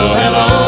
hello